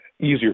easier